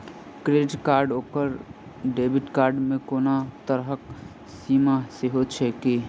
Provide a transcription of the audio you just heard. Credit card आओर debit card मे कोनो तरहक सीमा सेहो छैक की?